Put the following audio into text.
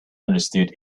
understood